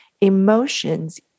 Emotions